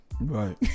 Right